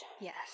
Yes